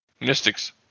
Mystics